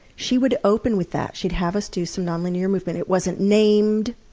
she would open with that. she'd have us do some non-linear movement it wasn't named,